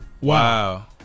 Wow